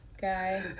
guy